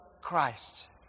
Christ